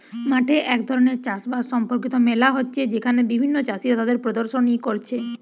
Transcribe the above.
মাঠে এক ধরণের চাষ বাস সম্পর্কিত মেলা হচ্ছে যেখানে বিভিন্ন চাষীরা তাদের প্রদর্শনী কোরছে